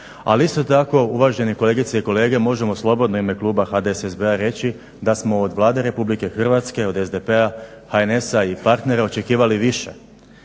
Ali isto tako uvažene kolegice i kolege možemo slobodno u ime kluba HDSSB-a reći da smo od Vlade RH od SDP-a, HNS-a i partnera očekivali više.